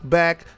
back